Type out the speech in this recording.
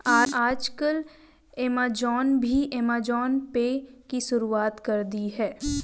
आजकल ऐमज़ान ने भी ऐमज़ान पे की शुरूआत कर दी है